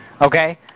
okay